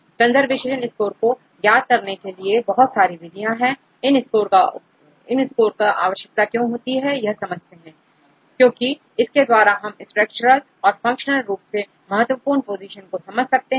conservation score को ज्ञात करने के लिए बहुत सारी विधियां है इस स्कोर की आवश्यकता क्यों होती है यह समझते हैं क्योंकि इसके द्वारा हम स्ट्रक्चरल और फंक्शनल रूप से महत्वपूर्ण पोजीशन को समझ सकते हैं